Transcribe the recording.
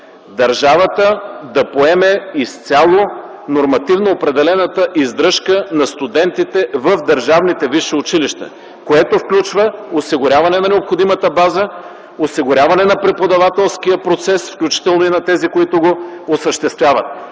държавата да поеме изцяло нормативно определената издръжка на студентите в държавните висши училища, което включва осигуряване на необходимата база, осигуряване на преподавателския процес, включително и на тези, които го осъществяват,